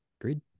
Agreed